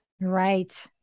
Right